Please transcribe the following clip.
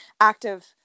active